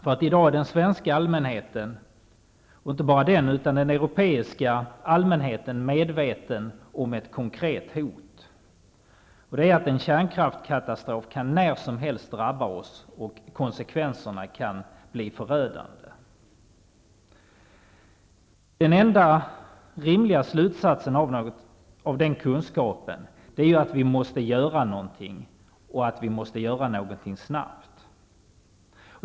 I dag är den svenska allmänheten, och även den europeiska allmänheten, medveten om ett konkret hot: en kärnkraftskatastrof kan när som helst drabba oss och konsekvenserna kan bli förödande. Den enda rimliga slutsatsen av den kunskapen är att vi måste göra någonting och att vi måste göra det snabbt.